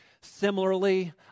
Similarly